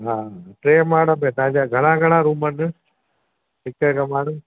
हा टे माणा तव्हांजा घणा घणा रुम आहिनि